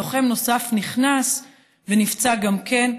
לוחם נוסף נכנס ונפצע גם כן.